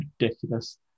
ridiculous